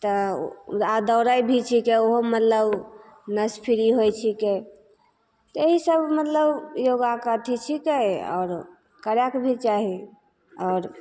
तऽ आओर दौड़ै भी छिकै ओहोमे मतलब नस फ्री होइ छिकै तऽ ईसब मतलब योगाके अथी छिकै आओर करैके भी चाही आओर